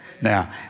Now